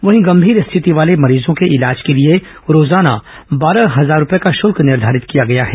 वहीं गंभीर स्थिति वाले मरीजों के उपचार के लिए रोजाना बारह हजार रूपए का शुल्क निर्धारित किया गया है